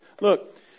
Look